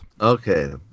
Okay